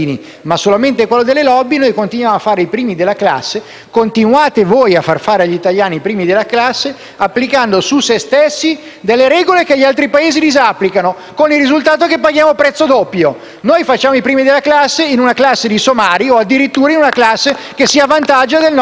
Continuate a far fare agli italiani i primi della classe applicando su se stessi regole che gli altri Paesi disapplicano, con il risultato che tutti noi paghiamo un prezzo doppio. Noi facciamo i primi della classe in una classe di somari *(Applausi dal Gruppo LN-Aut)* o addirittura in una classe che si avvantaggia del nostro essere i primi della classe, che però ne pagano poi il prezzo.